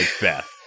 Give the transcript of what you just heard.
Beth